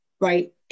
right